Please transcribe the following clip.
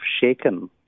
shaken